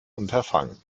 unterfangen